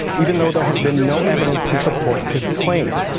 even though there has been no evidence to support his claims.